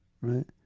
right